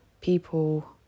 people